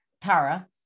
Tara